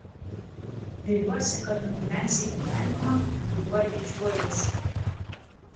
viliuosi kad nugyvensi gyvenimą kuriuo didžiuosiesi